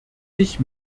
sich